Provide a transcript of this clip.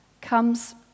comes